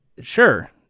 Sure